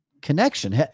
connection